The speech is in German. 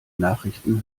nachrichten